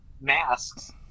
masks